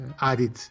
added